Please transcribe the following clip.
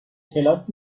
کلاس